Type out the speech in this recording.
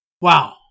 Wow